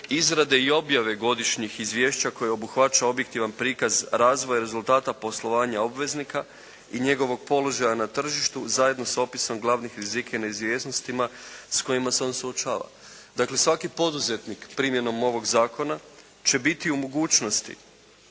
izrade i objave godišnjih izvješća koje obuhvaća objektivan prikaz razvoja rezultata poslovanja obveznika i njegovog položaja na tržištu, zajedno sa opisom glavnih rizika neizvjesnostima s kojima se on suočava. Dakle svaki poduzetnik primjenom novog zakona će biti u mogućnosti